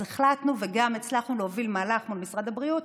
אז החלטנו וגם הצלחנו להוביל מהלך מול משרד הבריאות